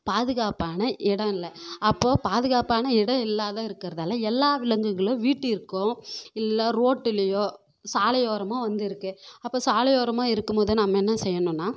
பாதுகாப்பான இடம் இல்லை அப்போது பாதுகாப்பான இடம் இல்லாத இருக்கிறதால எல்லா விலங்குகளும் வீட்டிற்கும் இல்லை ரோட்டுலையோ சாலையோரமோ வந்து இருக்குது அப்போது சாலையோரமாக இருக்கும் போது நம்ம என்ன செய்யணும்னா